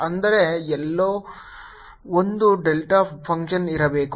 ಅಂದರೆ ಎಲ್ಲೋ ಒಂದು ಡೆಲ್ಟಾ ಫಂಕ್ಷನ್ ಇರಬೇಕು